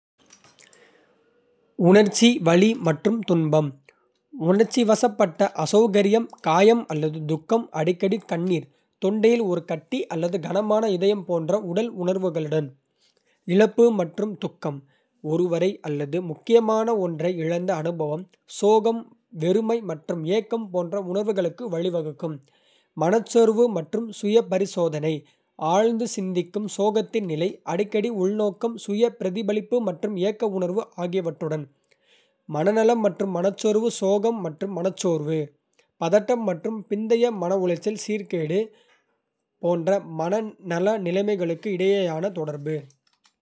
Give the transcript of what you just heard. உணர்ச்சி வலி மற்றும் துன்பம் உணர்ச்சிவசப்பட்ட அசௌகரியம், காயம் அல்லது துக்கம், அடிக்கடி கண்ணீர், தொண்டையில் ஒரு கட்டி அல்லது கனமான இதயம் போன்ற உடல் உணர்வுகளுடன். இழப்பு மற்றும் துக்கம் ஒருவரை அல்லது முக்கியமான ஒன்றை இழந்த அனுபவம், சோகம், வெறுமை மற்றும் ஏக்கம் போன்ற உணர்வுகளுக்கு வழிவகுக்கும். மனச்சோர்வு மற்றும் சுயபரிசோதனை ஆழ்ந்து சிந்திக்கும் சோகத்தின் நிலை, அடிக்கடி உள்நோக்கம், சுய பிரதிபலிப்பு மற்றும் ஏக்க உணர்வு ஆகியவற்றுடன். மனநலம் மற்றும் மனச்சோர்வு சோகம் மற்றும் மனச்சோர்வு, பதட்டம் மற்றும் பிந்தைய மனஉளைச்சல் சீர்கேடு போன்ற மனநல நிலைமைகளுக்கு இடையேயான தொடர்பு.